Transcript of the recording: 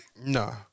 No